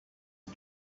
and